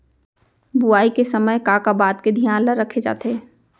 बुआई के समय का का बात के धियान ल रखे जाथे?